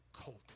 colt